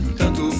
tanto